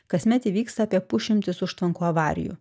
kasmet įvyksta apie pusšimtis užtvankų avarijų